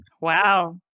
Wow